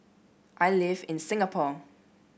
I live in Singapore